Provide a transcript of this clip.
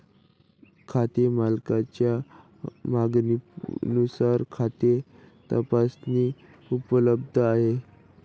खाते मालकाच्या मागणीनुसार खाते तपासणी उपलब्ध आहे